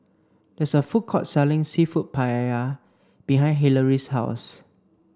there is a food court selling Seafood Paella behind Hillery's house